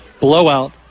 blowout